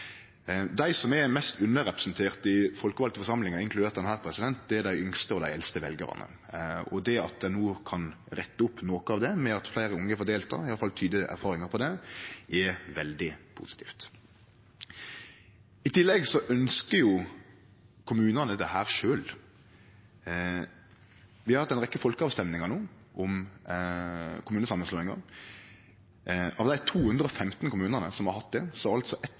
Dei som er mest underrepresenterte i folkevalde forsamlingar, inkludert denne, er dei yngste og dei eldste veljarane, og det at ein no kan rette opp noko av det ved at fleire unge får delta – iallfall tyder erfaringa på det – er veldig positivt. I tillegg ønskjer kommunane dette sjølve. Vi har hatt ei rekkje folkeavrøystingar no om kommunesamanslåingar. Av dei 215 kommunane som har hatt det,